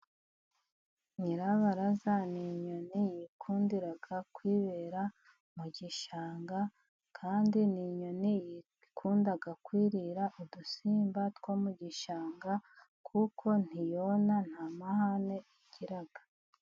Nyirabaraza ni nyoni yikundira kwibera mu gishanga. Kandi ni inyoni yikunda kwirira udusimba two mu gishanga kuko ntiyona nta mahane igira.